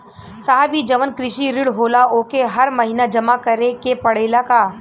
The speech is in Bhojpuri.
साहब ई जवन कृषि ऋण होला ओके हर महिना जमा करे के पणेला का?